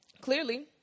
clearly